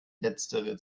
letztere